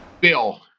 Bill